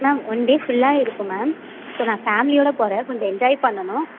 ma'am one day ஃபுல்லாக இருப்போம் ma'am இப்போ நான் ஃபேமிலியோடு போகிறேன் கொஞ்சம் என்ஜாய் பண்ணணும்